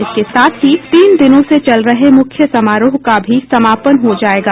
इसके साथ ही तीन दिनों से चल रहे मुख्य समारोह का भी समापन हो जायेगा